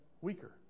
weaker